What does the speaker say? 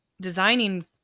designing